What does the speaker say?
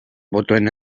botoen